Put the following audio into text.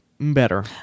better